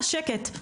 שקט,